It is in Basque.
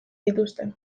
dituzte